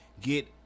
get